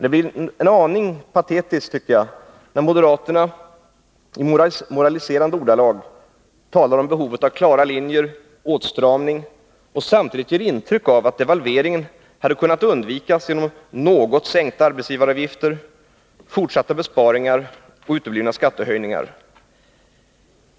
Det blir en aning patetiskt, tycker jag, när moderaterna i moraliserande ordalag talar om behovet av klara linjer och åtstramning och samtidigt ger intryck av att devalveringen hade kunnat undvikas genom något sänkta arbetsgivaravgifter, fortsatta besparingar och uteblivna skattehöjningar.